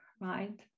right